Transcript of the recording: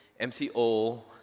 MCO